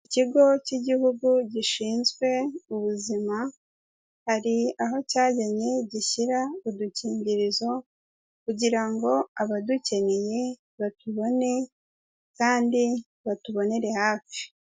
Ikigo k'igihugu gishinzwe Ubuzima, hari aho cyagennye gishyira udukingirizo kugira ngo abadukeneye batubone kandi batubonere hafi.